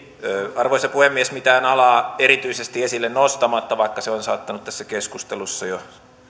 arvoisa puhemies mitään alaa erityisesti esille nostamatta vaikka se on saattanut tässä keskustelussa jo